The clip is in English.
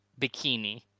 bikini